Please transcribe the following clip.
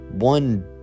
One